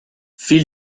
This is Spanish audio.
phil